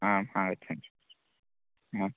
आम् आगच्छन्तु आम्